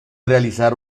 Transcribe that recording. realizar